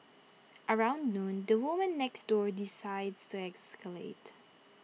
around noon the woman next door decides to escalate